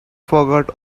forgot